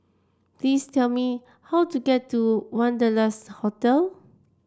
please tell me how to get to Wanderlust Hotel